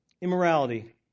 Immorality